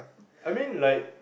I mean like